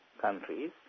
countries